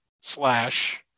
slash